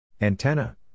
Antenna